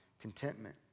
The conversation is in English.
contentment